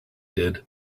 did